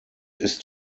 ist